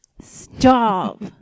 stop